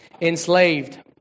Enslaved